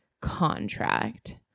contract